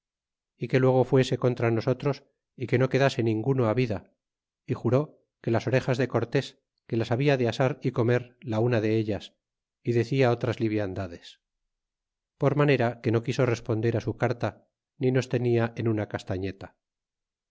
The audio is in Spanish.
é que luego fuese contra nosotros é que no quedase ninguno ávida y juró que las orejas de cortés que las habla de asar y comer la una dellas y decia otras liviandades por manera que no quiso responder á su carta ni nos tenia en una